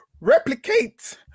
replicate